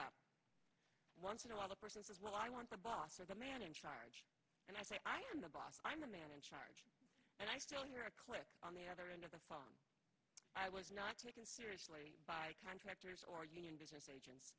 up once in a while the person says well i want the boss or the man in charge and i say i am the boss i'm the man in charge and i still hear a click on the other end of the phone i was not taken seriously by contractors or union business agent